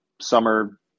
summer